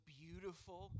beautiful